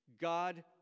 God